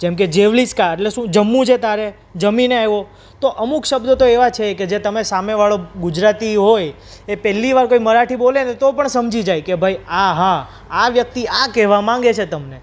જેમકે જેવલીસ કા એટલે શું જમવું છે તારે જમીને આવ્યો તો અમુક શબ્દો તો એવા છે કે જે તમે સામેવાળો ગુજરાતી હોય એ પહેલી વાર કોઈ મરાઠી બોલે ને તો પણ સમજી જાય કે ભાઈ આહા આ વ્યક્તિ આ કહેવા માગે છે તમને